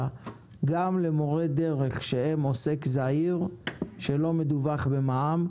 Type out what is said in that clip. גם למורי דרך שהם עוסק זעיר שלא מדווח במע"מ,